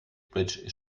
bridge